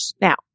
Now